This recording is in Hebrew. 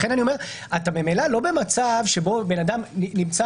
לכן אתה ממילא לא במצב שבו אדם נמצא